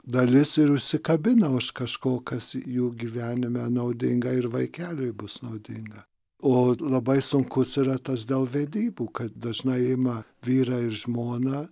dalis ir užsikabina už kažko kas jų gyvenime naudinga ir vaikeliui bus naudinga o labai sunkus yra tas dėl vedybų kad dažnai ima vyrą ir žmoną